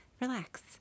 relax